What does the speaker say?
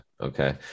Okay